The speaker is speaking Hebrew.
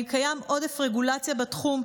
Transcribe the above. האם קיים עודף רגולציה בתחום?